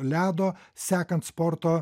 ledo sekant sporto